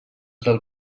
del